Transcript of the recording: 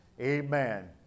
Amen